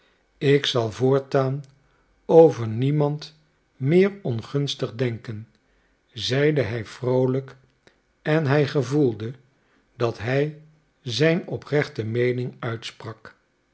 ik zal voortaan over niemand meer ongunstig denken zeide hij vroolijk en hij gevoelde dat hij zijn oprechte meening uitsprak